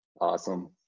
Awesome